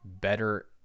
better